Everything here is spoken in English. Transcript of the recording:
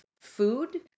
food